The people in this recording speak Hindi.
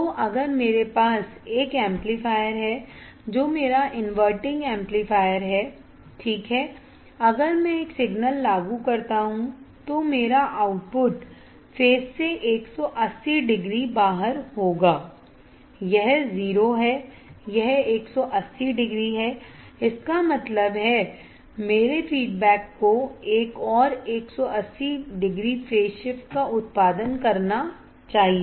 तो अगर मेरे पास एक एम्पलीफायर है जो मेरा इनवर्टिंग एम्पलीफायर है ठीक है अगर मैं एक सिग्नल लागू करता हूं तो मेरा आउटपुट फेज से 180 डिग्री बाहर होगा यह 0 है यह 180 डिग्री है इसका मतलब है मेरे फीडबैक को एक और 180 डिग्री फेज शिफ्ट का उत्पादन करना चाहिए